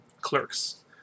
Clerks